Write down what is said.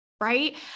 right